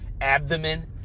abdomen